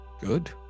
Good